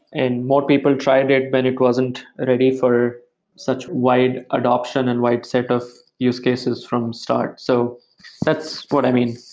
and more people tried and it, but it wasn't ready for such wide adoption and wide set of use cases from start. so that's what i mean.